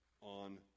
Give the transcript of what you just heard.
on